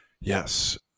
Yes